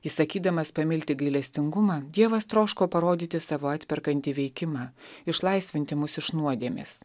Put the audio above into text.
įsakydamas pamilti gailestingumą dievas troško parodyti savo atperkantį veikimą išlaisvinti mus iš nuodėmės